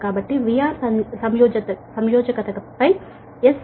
కాబట్టి VR conjugate పై S conjugate